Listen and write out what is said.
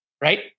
right